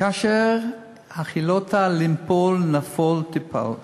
כאשר החילות לנפול, נפול תיפול,